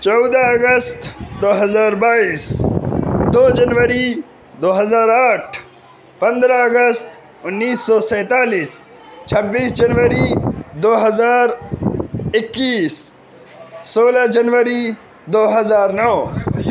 چودہ اگست دو ہزار بائیس دو جنوری دو ہزار آٹھ پندرہ اگست انیس سو سینتالیس چھبیس جنوری دو ہزار اکیس سولہ جنوری دو ہزار نو